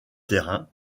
terrain